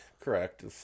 Correct